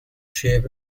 shape